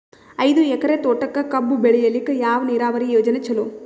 ಐದು ಎಕರೆ ತೋಟಕ ಕಬ್ಬು ಬೆಳೆಯಲಿಕ ಯಾವ ನೀರಾವರಿ ಯೋಜನೆ ಚಲೋ?